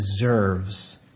deserves